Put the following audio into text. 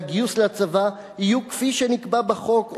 והגיוס לצבא יהיה כפי שנקבע בחוק,